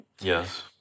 Yes